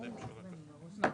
אקורדיון: